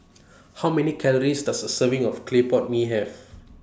How Many Calories Does A Serving of Clay Pot Mee Have